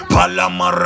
Palama